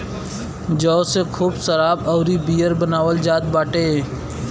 जौ से खूब शराब अउरी बियर बनावल जात बाटे